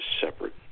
separate